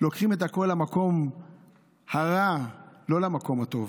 לוקחים את הכול למקום הרע, לא למקום הטוב.